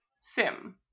Sim